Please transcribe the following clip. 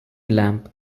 lamp